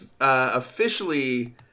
officially